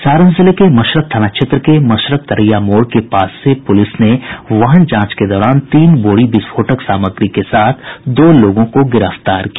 सारण जिले के मशरक थाना क्षेत्र के मशरक तरैया मोड़ के पास से पुलिस ने वाहन जांच के दौरान तीन बोरी विस्फोटक सामग्री के साथ दो लोगों को गिरफ्तार किया